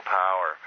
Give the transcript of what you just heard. power